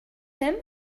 him